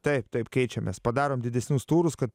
taip taip keičiamės padarom didesnius turus kad